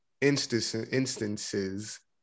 instances